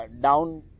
down